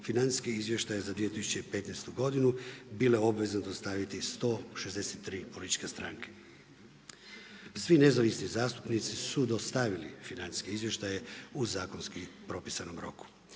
financijske izvještaje za 2015. bile obvezatno staviti 163 političke stranke. Svi nezavisni zastupnici su dostavili financijske izvještaje u zakonski propisanom roku.